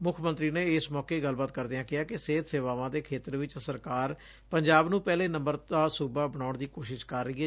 ਮੁੱਖ ਮੰਤਰੀ ਨੇ ਇਸ ਮੌਕੇ ਗੱਲਬਾਤ ਕਰਦਿਆਂ ਕਿਹਾ ਕਿ ਸਿਹਤ ਸੇਵਾਵਾਂ ਦੇ ਖੇਤਰ ਵਿਚ ਸਰਕਾਰ ਪੰਜਾਬ ਨੰ ਪਹਿਲੇ ਨੰਬਰ ਦਾ ਸੁਬਾ ਬਣਾਉਣ ਦੀ ਕੋਸ਼ਿਸ਼ ਕਰ ਰਹੀ ਏ